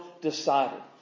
decided